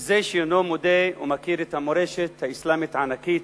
זה שאינו מודה או מכיר את המורשת האסלאמית הענקית,